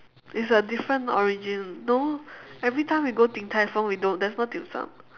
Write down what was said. it's a different origin no every time we go din-tai-fung we no there is no dim-sum